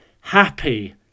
Happy